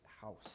house